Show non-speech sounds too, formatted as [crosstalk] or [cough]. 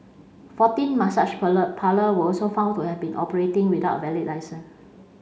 fourteen massage [unintelligible] parlour were also found to have been operating without a valid licence